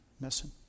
missing